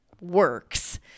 works